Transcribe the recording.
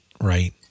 Right